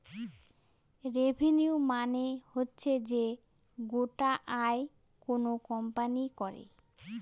revenue মানে হচ্ছে যে গোটা আয় কোনো কোম্পানি করে